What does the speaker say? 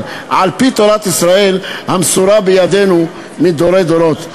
על-פי תורת ישראל המסורה בידינו מדורי דורות.